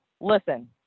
Listen